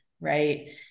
Right